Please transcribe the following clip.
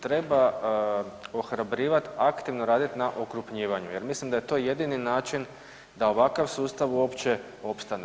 Treba ohrabrivati, aktivno raditi na okrupnjivanju jer mislim da je to jedini način da ovakav sustav uopće opstane.